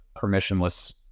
permissionless